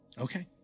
okay